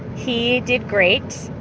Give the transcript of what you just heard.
he did great.